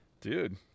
dude